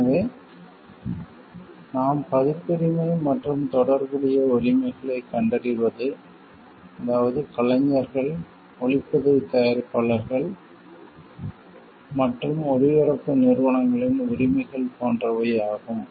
எனவே நாம் பதிப்புரிமை மற்றும் தொடர்புடைய உரிமைகளைக் கண்டறிவது அதாவது கலைஞர்கள் ஒலிப்பதிவு தயாரிப்பாளர்கள் மற்றும் ஒளிபரப்பு நிறுவனங்களின் உரிமைகள் போன்றவை ஆகும்